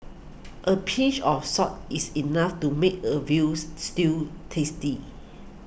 a pinch of salt is enough to make a veal stew tasty